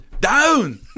down